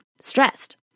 stressed